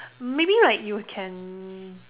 maybe like you can